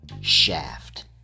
Shaft